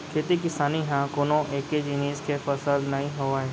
खेती किसानी ह कोनो एके जिनिस के फसल नइ होवय